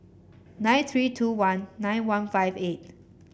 nine three two one nine one five eight